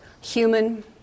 human